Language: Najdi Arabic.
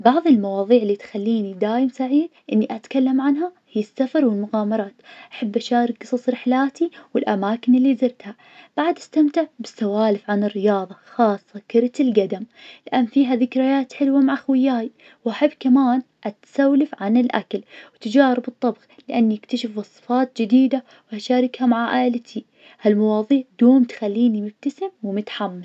بعض المواضيع اللي تخليني دايم سعيد, إني أتكلم عنها هي السفر والمغامرة, بشارك قصص رحلاتي والأماكن اللي زرتها, بعد استمتعت بالسوالف عن الرياضة, خاصة كرة القدم, لأن فيها ذكريات حلوة مع أخوياي, واحب كمان أسولف عن الأكل, وتجارب الطبخ, لأني بكتشف وصفات جديدة, واشاركها مع عائلتي, هالمواضيع دوم تخليني مبتسم ومتحمس.